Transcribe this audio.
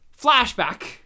Flashback